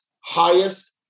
highest